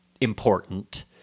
important